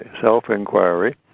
self-inquiry